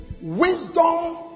Wisdom